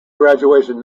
graduation